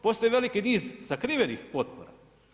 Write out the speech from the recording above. Postoji veliki niz sakrivenih potpora.